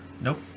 Nope